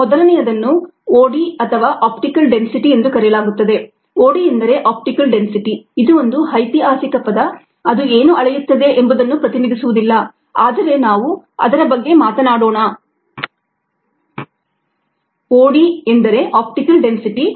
ಮೊದಲನೆಯದನ್ನು OD ಅಥವಾ optical density ಎಂದು ಕರೆಯಲಾಗುತ್ತದೆ OD ಎಂದರೆ ಆಪ್ಟಿಕಲ್ ಡೆನ್ಸಿಟಿ